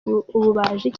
ububaji